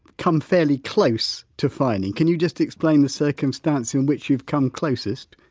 come fairly close to fining, can you just explain the circumstances in which you've come closest?